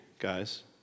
Guys